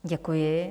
Děkuji.